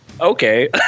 okay